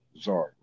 Sorry